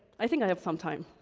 i think i have some time